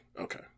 Okay